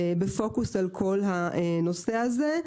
בפוקוס על כל הנושא הזה.